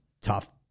tough